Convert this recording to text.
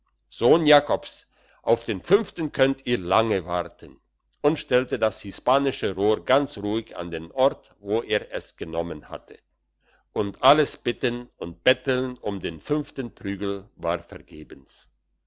sohn jakobs auf den fünften könnt ihr lange warten und stellte das hispanische rohr ganz ruhig an den ort wo er es genommen hatte und alles bitten und betteln um den fünften prügel war vergebens